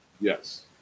Yes